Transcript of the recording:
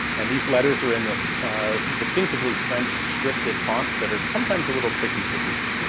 and these letters are in this distinctively french scripted font that are sometimes a little tricky to read.